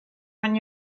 when